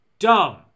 Dumb